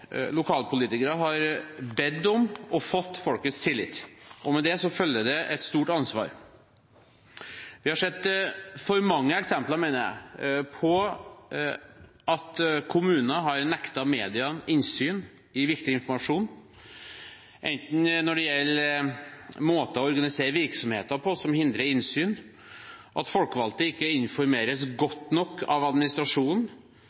Lokalpolitikere har bedt om og fått folkets tillit, og med det følger et stort ansvar. Vi har sett for mange eksempler, mener jeg, på at kommuner har nektet medier innsyn i viktig informasjon, enten når det gjelder måter å organisere virksomheter på som hindrer innsyn, at folkevalgte ikke informeres godt nok av administrasjonen,